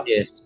Yes